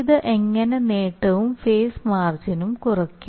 ഇത് എങ്ങനെ നേട്ടവും ഫേസ് മാർജിനും കുറയ്ക്കും